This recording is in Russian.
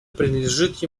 принадлежит